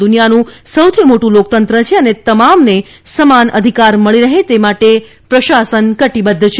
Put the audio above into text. દુનિથાનું સૌથી મોટું લોકતંત્ર છે અને તમામને સમાન અધિકાર મળી રહે તે માટે પ્રશાસન કટીબદ્ધ છે